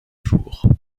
jours